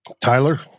Tyler